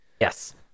yes